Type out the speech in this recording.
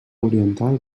oriental